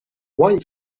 wait